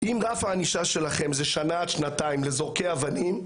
אם רף הענישה שלכם זה שנה עד שנתיים לזורקי אבנים,